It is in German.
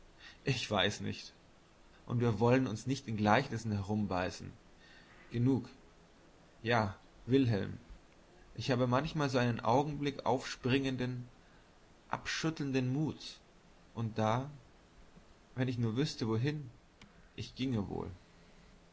ich weiß nicht und wir wollen uns nicht in gleichnissen herumbeißen genug ja wilhelm ich habe manchmal so einen augenblick aufspringenden abschüttelnden muts und da wenn ich nur wüßte wohin ich ginge wohl